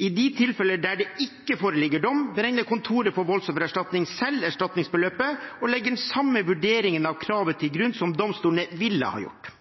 I de tilfeller der det ikke foreligger dom, beregner Kontoret for voldsoffererstatning selv erstatningsbeløpet og legger den samme vurderingen av kravet til grunn som domstolene ville ha gjort.